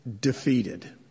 defeated